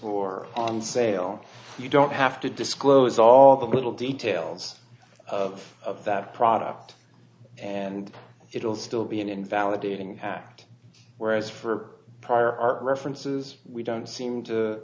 for sale you don't have to disclose all the little details of that product and it will still be an invalidating hack whereas for prior art references we don't seem to